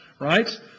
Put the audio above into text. right